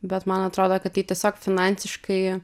bet man atrodo kad tai tiesiog finansiškai